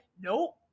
nope